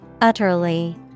utterly